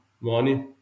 money